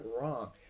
wrong